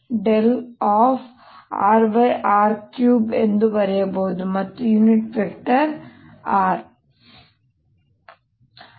rr3 ಎಂದು ಬರೆಯಬಹುದು ಮತ್ತೆ ಯುನಿಟ್ ವೆಕ್ಟರ್ r